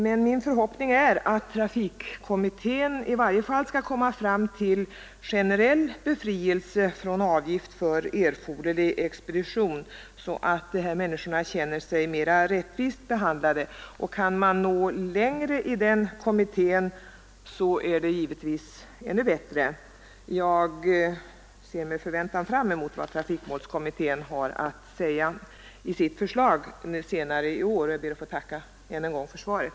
Men min förhoppning är att trafikmålskommittén i varje fall skall komma fram till generell befrielse från avgift för erforderlig expedition, så att de här människorna känner sig mera rättvist behandlade. Kan man nå längre i den kommittén, är det givetvis ännu bättre. Jag ser med förväntan fram emot vad trafikmålskommittén har att säga i sitt förslag senare i år, och jag ber att få tacka än en gång för svaret.